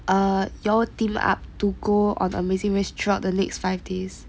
err you all will team up to go on amazing race throughout the next five days